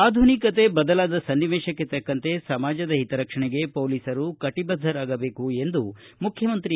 ಆಧುನಿಕತೆ ಬದಲಾದ ಸನ್ನಿವೇಶಕ್ಕೆ ತಕ್ಕಂತೆ ಸಮಾಜದ ಹಿತರಕ್ಷಣೆಗೆ ಪೊಲೀಸರು ಕಟಿಬದ್ದರಾಗಬೇಕು ಎಂದು ಮುಖ್ಯಮಂತ್ರಿ ಬಿ